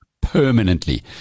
permanently